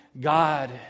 God